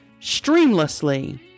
streamlessly